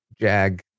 Jag